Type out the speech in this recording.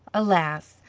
alas!